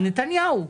על נתניהו.